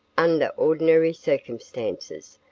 under ordinary circumstances,